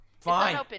Fine